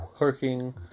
working